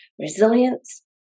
resilience